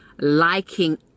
liking